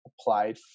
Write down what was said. applied